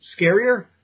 scarier